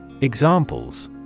Examples